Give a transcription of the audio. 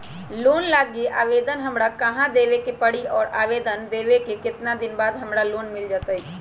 Loan लागी आवेदन हमरा कहां देवे के पड़ी और आवेदन देवे के केतना दिन बाद हमरा लोन मिल जतई?